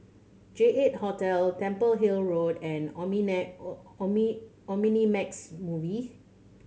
J Eight Hotel Temple Hill Road and Omnimax Movie